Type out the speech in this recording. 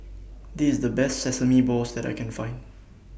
This IS The Best Sesame Balls that I Can Find